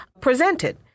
presented